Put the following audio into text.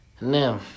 Now